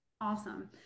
Awesome